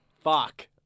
Fuck